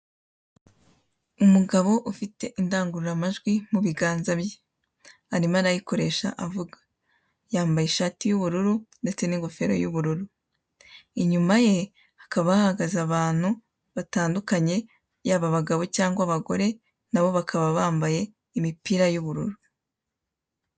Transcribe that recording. Umugabo ufite indangururamajwi mu biganza bye arimo arayikoresha avuga, yambaye ishati y'ubururu ndetse n'ingofero y'ubururu. Inyuma ye hakaba hahagaze abantu batandukanye yaba abagabo cyangwa abagore na bo bakababa bambaye imipira y'ubururu.